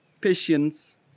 patience